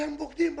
אתם בוגדים בנו.